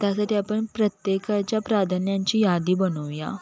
त्यासाठी आपण प्रत्येकाच्या प्राधान्यांची यादी बनवूया